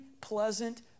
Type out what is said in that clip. pleasant